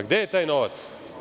Gde je taj novac?